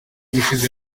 ubushize